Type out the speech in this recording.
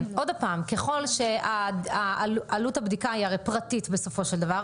עוד הפעם: עלות הבדיקה היא הרי פרטית בסופו של דבר.